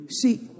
See